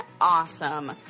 awesome